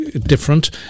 different